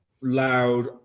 loud